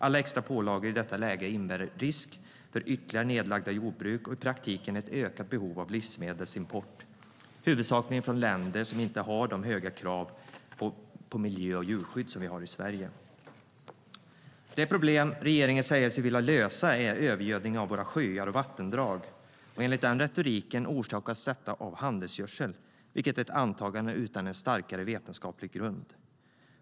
Alla extra pålagor i detta läge innebär risk för ytterligare nedlagda jordbruk och i praktiken ett ökat behov av livsmedelsimport, huvudsakligen från länder som inte har de höga krav på miljö och djurskydd som vi har i Sverige. Det problem regeringen säger sig vilja lösa är övergödningen av våra sjöar och vattendrag. Enligt retoriken orsakas detta av handelsgödsel, vilket är ett antagande utan en starkare vetenskaplig grund.